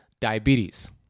diabetes